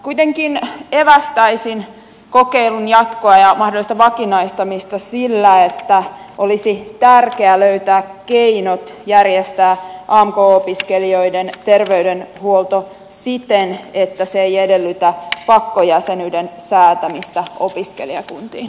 kuitenkin evästäisin kokeilun jatkoa ja mahdollista vakinaistamista sillä että olisi tärkeää löytää keinot järjestää amk opiskelijoiden terveydenhuolto siten että se ei edellytä pakkojäsenyyden säätämistä opiskelijakuntiin